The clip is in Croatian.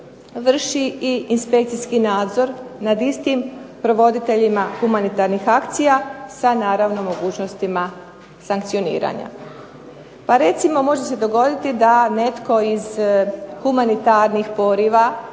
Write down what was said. vrši inspekcijski nadzor nad istim provoditeljima humanitarnih akcija sa naravno mogućnostima sankcioniranja. Pa recimo, može se dogoditi da netko iz humanitarnih poriva